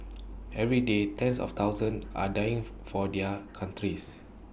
every day tens of thousands are dying for for their countries